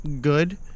good